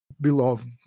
beloved